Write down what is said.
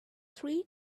three